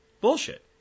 Bullshit